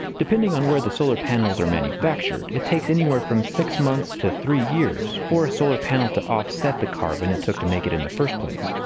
depending on where the solar panels are manufactured, it takes anywhere from six months to three years for a solar panel to off-set the carbon it took to make it in the first place.